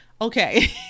Okay